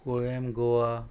Colem Goa